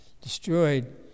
destroyed